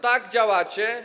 Tak działacie.